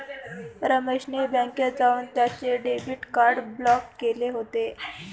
रमेश ने बँकेत जाऊन त्याचे डेबिट कार्ड ब्लॉक केले होते